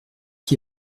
qui